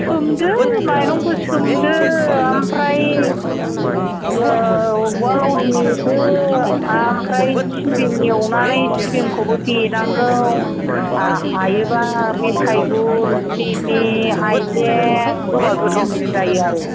सोमदो माइरंखौ सोमदो आमफ्राय उवालाव देदो आमफ्राय सिबिं एवनानै सिबिंखौबो देनांगौ हायोब्ला मेथाइ गुर सिनि हाजें होब्ला गोथावसिन जायो आरो